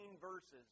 verses